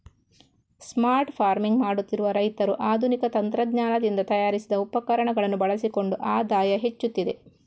smart farming ಮಾಡುತ್ತಿರುವ ರೈತರು ಆಧುನಿಕ ತಂತ್ರಜ್ಞಾನದಿಂದ ತಯಾರಿಸಿದ ಉಪಕರಣಗಳನ್ನು ಬಳಸಿಕೊಂಡು ಆದಾಯ ಹೆಚ್ಚುತ್ತಿದೆ